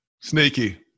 Sneaky